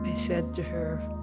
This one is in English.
said to her,